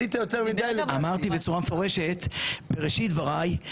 אמרתי בצורה מפורשת בראשית דבריי,